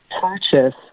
purchase